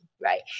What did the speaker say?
right